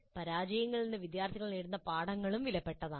പരാജയങ്ങളിൽ നിന്ന് വിദ്യാർത്ഥികൾ നേടുന്ന പാഠങ്ങളും വിലപ്പെട്ടതാണ്